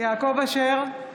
יעקב אשר,